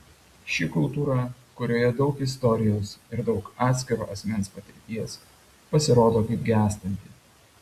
ši kultūra kurioje daug istorijos ir daug atskiro asmens patirties pasirodo kaip gęstanti